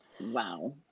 Wow